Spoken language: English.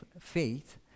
faith